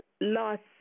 lost